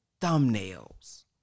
thumbnails